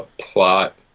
plot